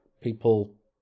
people